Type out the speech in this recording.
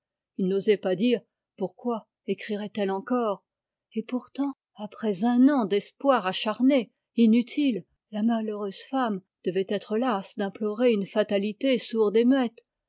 il n'osait pas dire pourquoi écrirait elle encore et pourtant après un an d'espoir déçu la malheureuse femme devait être lasse d'implorer une fatalité sourde